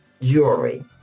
jewelry